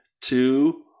two